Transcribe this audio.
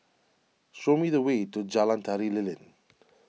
show me the way to Jalan Tari Lilin